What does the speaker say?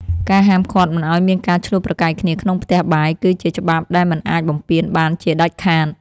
ការហាមឃាត់មិនឱ្យមានការឈ្លោះប្រកែកគ្នាក្នុងផ្ទះបាយគឺ ជាច្បាប់ដែលមិនអាចបំពានបានជាដាច់ខាត។